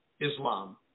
Islam